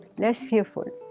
less fearful.